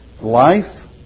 Life